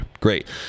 Great